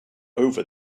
over